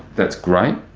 that's great.